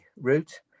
route